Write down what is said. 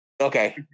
Okay